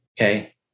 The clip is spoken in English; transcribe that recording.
okay